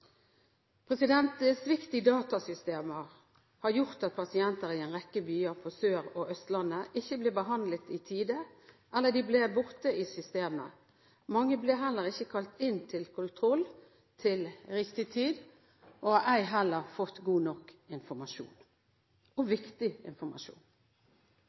i datasystemer har gjort at pasienter i en rekke byer på Sørlandet og Østlandet ikke blir behandlet i tide eller de ble borte i systemet. Mange ble heller ikke kalt inn til kontroll til riktig tid og har heller ikke fått viktig informasjon.